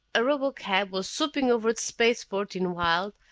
a robotcab was swooping over the spaceport in wild,